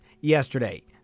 yesterday